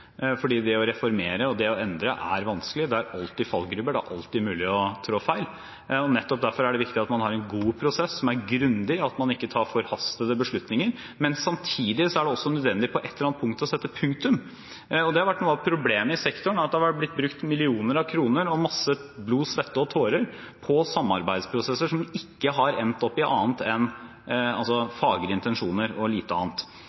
fordi det å reformere og det å endre er vanskelig. Det er alltid fallgruver, det er alltid mulig å trå feil. Nettopp derfor er det viktig at man har en god prosess, som er grundig, og at man ikke tar forhastede beslutninger. Men samtidig er det også nødvendig på et eller annet punkt å sette punktum. Noe av problemet i sektoren er at det har vært brukt millioner av kroner og vært masse blod, svette og tårer på samarbeidsprosesser som ikke har endt opp i annet enn fagre intensjoner – lite annet.